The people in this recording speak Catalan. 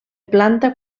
planta